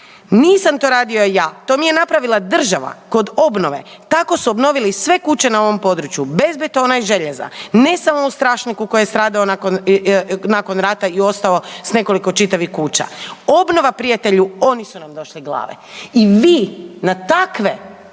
nisam to radio ja to mi je napravila država kod obnove, tako su obnovili sve kuće na ovom području bez betona i željeza, ne samo u Strašniku koji je stradao nakon rata i ostao s nekoliko čitavih kuća. Obnova prijatelju oni su nam došli glave. I vi na takve,